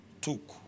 took